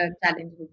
challenge